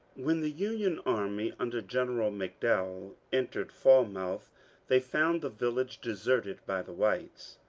when the union army under general mcdowell entered falmouth they found the village deserted by the whites.